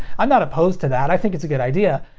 i'm not opposed to that, i think it's a good idea,